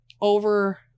over